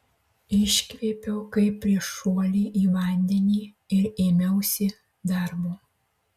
iškvėpiau kaip prieš šuolį į vandenį ir ėmiausi darbo